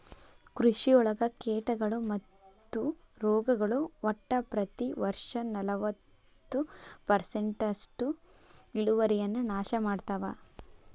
ಕೃಷಿಯೊಳಗ ಕೇಟಗಳು ಮತ್ತು ರೋಗಗಳು ಒಟ್ಟ ಪ್ರತಿ ವರ್ಷನಲವತ್ತು ಪರ್ಸೆಂಟ್ನಷ್ಟು ಇಳುವರಿಯನ್ನ ನಾಶ ಮಾಡ್ತಾವ